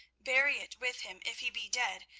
bury it with him if he be dead,